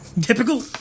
Typical